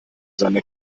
seiner